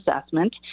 assessment